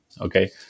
Okay